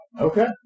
Okay